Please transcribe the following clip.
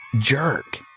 Jerk